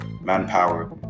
manpower